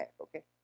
okay